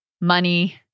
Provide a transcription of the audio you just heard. money